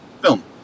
film